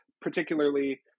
particularly